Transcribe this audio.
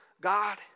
God